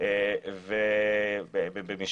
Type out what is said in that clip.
קנדה ובערים